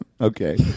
Okay